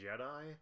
Jedi